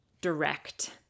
direct